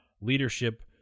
Leadership